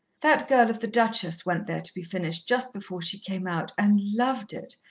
that girl of the duchess went there to be finished just before she came out, and loved it,